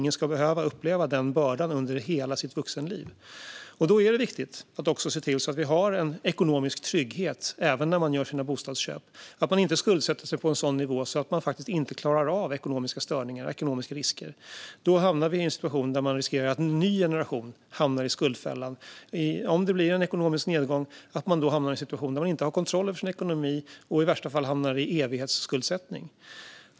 Ingen ska behöva uppleva den bördan under hela sitt vuxenliv. Då är det viktigt att se till att det finns en ekonomisk trygghet även när man gör sina bostadsköp och att man inte skuldsätter sig på en sådan nivå att man inte klarar av ekonomiska störningar och ekonomiska risker. Då hamnar vi i en situation där vi riskerar att en ny generation fastnar i skuldfällan om det blir en ekonomisk nedgång. Då riskerar vi en situation där människor inte har kontroll över sin ekonomi och i värsta fall hamnar i evighetsskuldsättning.